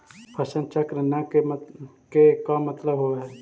फसल चक्र न के का मतलब होब है?